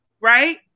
Right